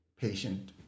patient